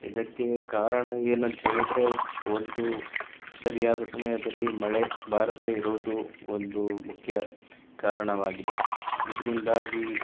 ಇದಕ್ಕೆ ಕಾರಣ ಏನಂತೇಳಿದರೆ ಒಂದು ಸರಿಯಾದ ಸಮಯದಲ್ಲಿ ಮಳೆ ಬಾರದೆ ಇರುವುದು ಒಂದು ಮುಖ್ಯ ಕಾರಣವಾಗಿದೆ ಇದರಿಂದಾಗಿ